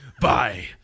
Bye